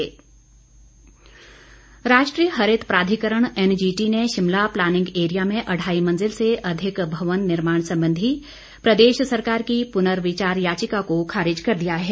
NGT राष्ट्रीय हरित प्राधिकरण एनजीटी ने शिमला प्लानिंग एरिया में अढ़ाई मंजिल से अधिक मवन निर्माण संबंधी प्रदेश सरकार की पुर्नविचार याचिका को खारिज कर दिया है